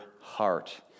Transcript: heart